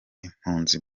impunzi